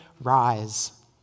rise